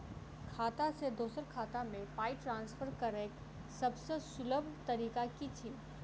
खाता सँ दोसर खाता मे पाई ट्रान्सफर करैक सभसँ सुलभ तरीका की छी?